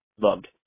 Loved